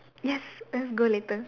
yes let's go later